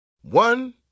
One